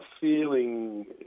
feeling